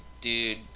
dude